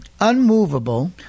unmovable